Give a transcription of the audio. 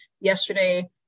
yesterday